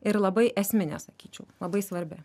ir labai esminė sakyčiau labai svarbi